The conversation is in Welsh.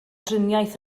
driniaeth